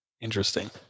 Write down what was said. Interesting